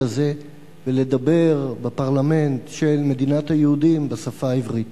הזה ולדבר בפרלמנט של מדינת היהודים בשפה העברית.